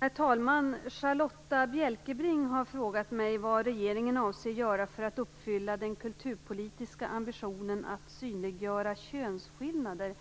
Herr talman! Charlotta L Bjälkebring har frågat mig vad regeringen avser göra för att uppfylla den kulturpolitiska ambitionen att synliggöra könsskillnader